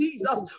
Jesus